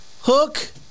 Hook